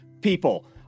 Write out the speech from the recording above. people